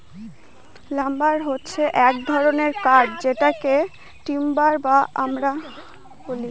lumber হছে এক ধরনের কাঠ যেটাকে টিম্বার ও আমরা বলি